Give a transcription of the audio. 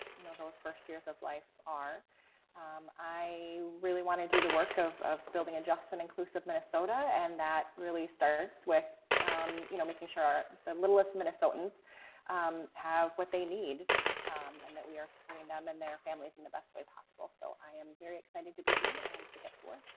you know those first years of life are i really want to do the work of of building a just and inclusive minnesota and that really starts with um you know making sure the little less minnesotans um have what they need and that we are supplying them and their families in the best way possible. so i am very excited to be here and to get to work.